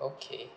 okay